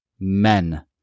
men